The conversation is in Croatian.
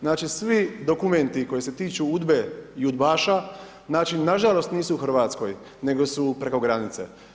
Znači, svi dokumenti, koji se tiču UDBA-e i udbaša, znači, nažalost nisu u Hrvatskoj, nego su preko granice.